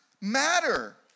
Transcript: matter